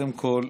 קודם כול,